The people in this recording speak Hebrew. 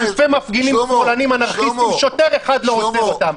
אלפי מפגינים שמאלנים אנרכיסטים שוטר אחד לא עוצר אותם.